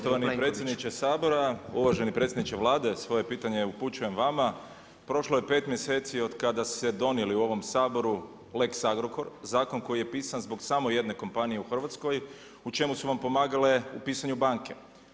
Poštovani predsjedniče Sabora, uvaženi predsjedniče Vlade, svoje pitanje upućujem vama, prošlo je 5 mjeseci od kada ste donijeli u ovom Saboru lex Agrokor, zakon koji je pisan zbog samo jedne kompanije u Hrvatskoj, u čemu su vam pomagale u pisanju banke.